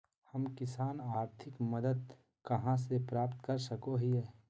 हम किसान आर्थिक मदत कहा से प्राप्त कर सको हियय?